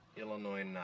Illinois